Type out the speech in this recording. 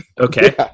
Okay